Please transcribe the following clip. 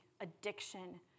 addiction